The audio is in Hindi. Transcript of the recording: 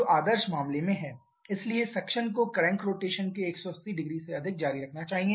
जो आदर्श मामले में है इसलिए सक्शन को क्रैंक रोटेशन के 1800 से अधिक जारी रखना चाहिए